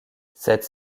cette